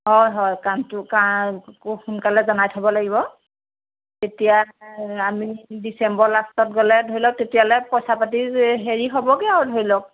হয় হয় কামটো কা সোনকালে জনাই থ'ব লাগিব তেতিয়া আমি ডিচেম্বৰ লাষ্টত গ'লে ধৰি লওক তেতিয়ালৈ পইচা পাতি হেৰি হ'বগৈ আৰু ধৰি লওক